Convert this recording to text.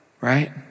right